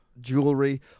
jewelry